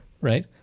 right